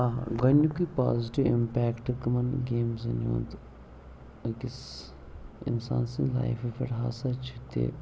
آ گۄڈٕنیُکُے positive impact کٕمَن گیمزَن ہُنٛد أکِس اِنسان سٕنٛدِ لایفہِ پٮ۪ٹھ ہاسا چھِ تہِ